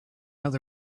that